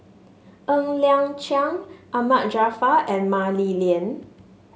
Ng Liang Chiang Ahmad Jaafar and Mah Li Lian